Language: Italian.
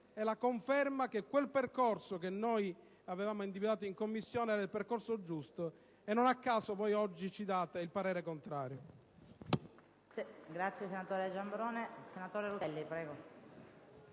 riafferma che quel percorso che avevamo individuato in Commissione era quello giusto, e non a caso voi oggi ci date il parere contrario.